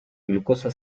glucosa